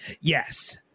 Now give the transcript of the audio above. Yes